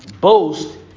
boast